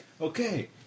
Okay